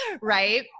Right